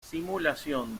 simulación